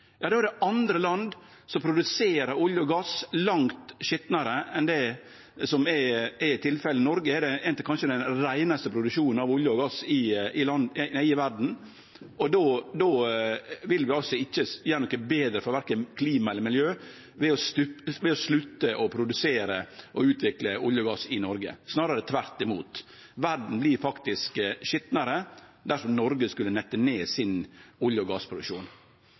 er det andre land som produserer olje og gass på ein langt skitnare måte enn det som er tilfellet i Noreg, som kanskje har ei av dei reinaste produksjonane av olje og gass i verda. Vi vil ikkje gjere det betre for verken klima eller miljø ved å slutte å produsere og utvikle olje og gass i Noreg. Snarare tvert imot: Verda blir faktisk skitnare dersom Noreg skulle ta ned olje- og gassproduksjonen sin. Kva er då intensjonane med forslaget om at vi skal stoppe leiting etter olje og